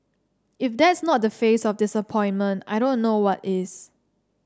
if that's not the face of disappointment I don't know what is